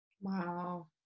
Wow